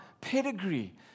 pedigree